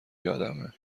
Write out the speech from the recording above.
یادمه